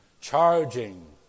charging